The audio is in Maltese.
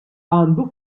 għandu